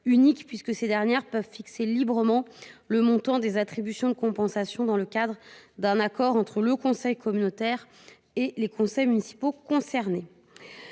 unique, puisque ces derniers peuvent fixer librement le montant des attributions de compensation, dans le cadre d’un accord entre le conseil communautaire et les conseils municipaux concernés.